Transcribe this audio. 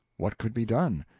what could be done?